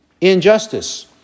injustice